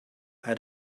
had